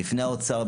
בפני האוצר,